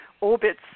orbits